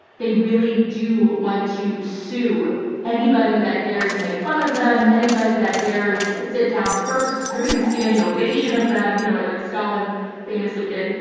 they really do want to sue anybody that dares make fun of them, anybody that dares sit down first during a standing ovation of them you know like like stalin famously did.